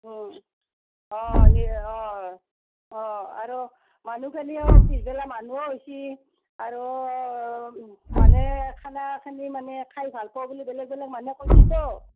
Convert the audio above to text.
অঁ অঁ নিৰামিষ অঁ অঁ আৰু মানুহখিনিও পিছবেলা মানুহো হৈছি আৰু মানে খানাখিনি মানে খাই ভাল পোৱা বুলি বেলেগ বেলেগ মানুহে কৈছিটো